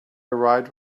arrived